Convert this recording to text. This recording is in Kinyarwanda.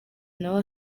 nawe